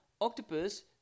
octopus